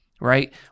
right